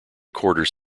quarters